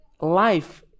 life